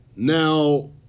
Now